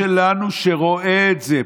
הדור שלנו שרואה את זה,